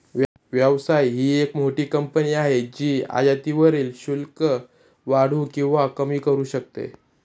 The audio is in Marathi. व्यवसाय ही एक मोठी कंपनी आहे जी आयातीवरील शुल्क वाढवू किंवा कमी करू शकते